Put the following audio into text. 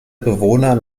bewohner